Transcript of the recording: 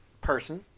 person